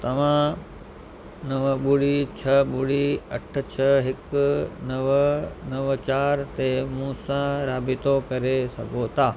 तव्हां नव ॿुड़ी छह ॿुड़ी अठ छह हिकु नव नव चार ते मूं सां राबितो करे सघो था